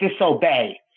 disobey